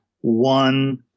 one